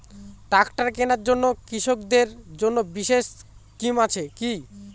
Tractor কেনার জন্য কৃষকদের জন্য বিশেষ স্কিম আছে কি?